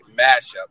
mashup